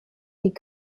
die